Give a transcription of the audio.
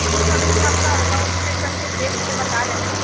वो तो अभी हम आपका अकाउंट चेक करके देख के बता रहे हैं